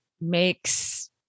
makes